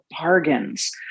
bargains